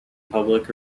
public